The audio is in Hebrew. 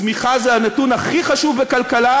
צמיחה היא הנתון הכי חשוב בכלכלה,